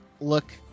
look